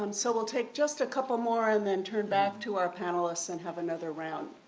um so we'll take just a couple more and then turn back to our panelists and have another round.